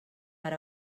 per